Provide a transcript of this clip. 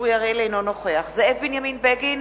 אינו נוכח זאב בנימין בגין,